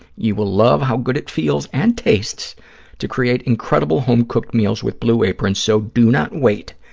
you will love how good it feels and tastes to create incredible home-cooked meals with blue apron, so do not wait.